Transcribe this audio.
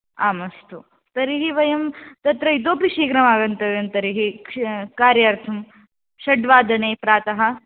आम् अस्तु तर्हि वयं तत्र इतोपि शीघ्रमागन्तव्यं तर्हि क्स् कार्यार्थं षड्वादने प्रातः